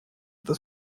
эта